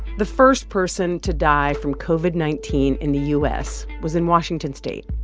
the first person to die from covid nineteen in the u s. was in washington state.